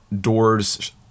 doors